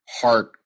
heart